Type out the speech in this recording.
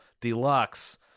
deluxe